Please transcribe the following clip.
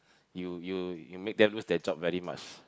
you you you make them lose their job very much